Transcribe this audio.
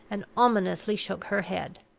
and ominously shook her head.